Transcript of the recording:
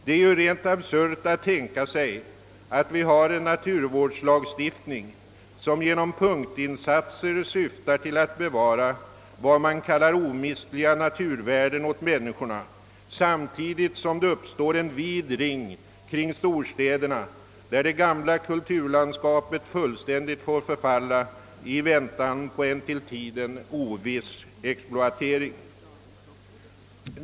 Det är ju rent absurt att tänka sig att vi har en naturvårdslagstiftning som genom punktinsatser syftar till att bevara vad man kallar omistliga naturvärden åt människorna, samtidigt som det uppstår en vid ring kring storstäderna där det gamla kulturlandskapet fullständigt får förfalla i väntan på en till tiden oviss exploatering.